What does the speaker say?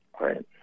Right